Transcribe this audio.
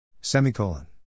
Semicolon